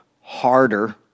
harder